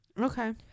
Okay